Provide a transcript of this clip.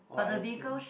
oh I think